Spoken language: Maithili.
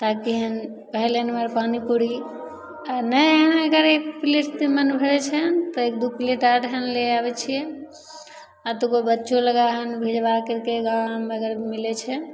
ताकि हन पहिले नम्बर पानीपूड़ी आओर नहि अगर हँ एक प्लेट तऽ मोन भरै छै हँ तऽ एक दुइ प्लेट आओर हँ लै आबै छिए एतगो बच्चो लगबा हन भिजबा करिके गाम नगरमे मिलै छै